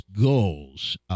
goals